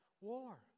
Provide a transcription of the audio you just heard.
war